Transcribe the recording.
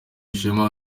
ishema